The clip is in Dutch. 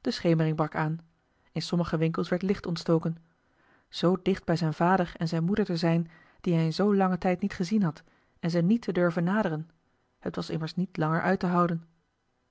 de schemering brak aan in sommige winkels werd licht ontstoken zoo dicht bij zijn vader en zijne moeder te zijn die hij in zoo langen tijd niet gezien had en ze niet te durven naderen het was immers niet langer uit te houden